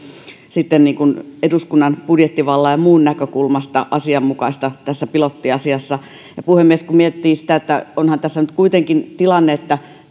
sitten eduskunnan budjettivallan ja muun näkökulmasta asianmukaista tässä pilottiasiassa ja puhemies kun miettii sitä että onhan tässä nyt kuitenkin tilanne että